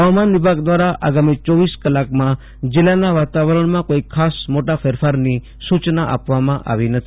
હવામાને વિભાગ દ્વારા આગામી રજ કલાકમાં જીલ્લાના વાતાવરણમાં કોઈ ખાસ મોટા ફેરફારની સુચના આપવામાં આવી નેથી